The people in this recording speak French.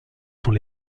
sont